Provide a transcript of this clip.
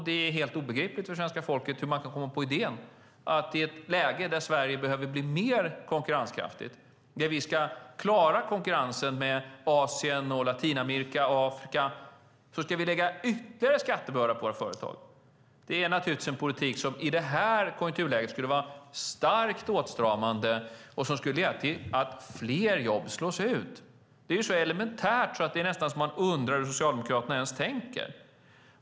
Det är helt obegripligt för svenska folket hur man i ett läge där Sverige behöver bli mer konkurrenskraftigt och klara konkurrensen med Asien, Latinamerika och Afrika kan komma på idén att lägga ytterligare skattebörda på våra företag. Det är en politik som i detta konjunkturläge skulle vara starkt åtstramande och leda till att fler jobb slås ut. Det är så elementärt att man undrar hur Socialdemokraterna tänker.